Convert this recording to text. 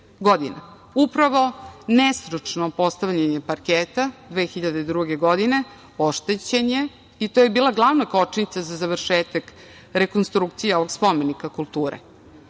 godina. Upravo nestručno postavljanje parketa 2002. godine oštećen je, i to je bila glavna kočnica za završetak rekonstrukcije ovog spomenika kulture.